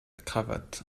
cravate